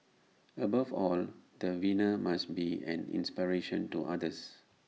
above all the winner must be an inspiration to others